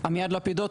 עמיעד לפידות,